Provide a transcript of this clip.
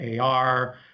AR